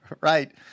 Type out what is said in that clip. right